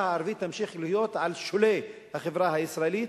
הערבית תמשיך להיות בשולי החברה הישראלית,